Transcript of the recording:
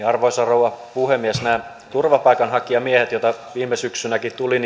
arvoisa rouva puhemies nämä turvapaikanhakijamiehet joita viime syksynä tuli